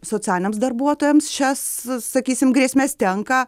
socialiniams darbuotojams šias sakysim grėsmes tenka